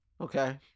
Okay